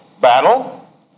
battle